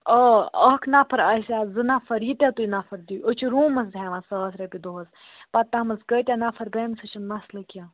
آ اَکھ نَفَر آسہِ یا زٕ نَفَر ییٖتیٛاہ تُہۍ نَفَر دِیِو أسۍ چھِ روٗمَس ہٮ۪وان ساس رۄپیہِ دۄہَس پَتہٕ تَتھ منٛز کٲتیٛاہ نَفَر بیٚہَن سُہ چھُنہٕ مَسلہٕ کیٚنٛہہ